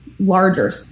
larger